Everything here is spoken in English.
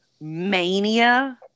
Mania